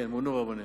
כן, מונו רבנים.